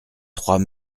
trois